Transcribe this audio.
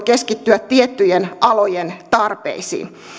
keskittyä tiettyjen alojen tarpeisiin